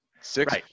six